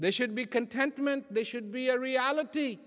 there should be contentment they should be a reality